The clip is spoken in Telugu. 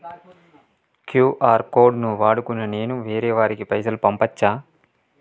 క్యూ.ఆర్ కోడ్ ను వాడుకొని నేను వేరే వారికి పైసలు పంపచ్చా?